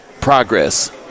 progress